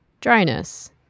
dryness